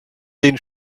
den